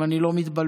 אם אני לא מתבלבל.